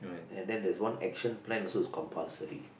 and then there's one action plan also it's compulsory